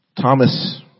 Thomas